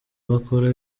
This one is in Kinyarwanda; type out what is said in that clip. bakora